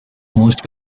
most